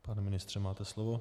Pane ministře, máte slovo.